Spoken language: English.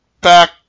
Back